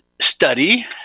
study